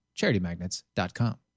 CharityMagnets.com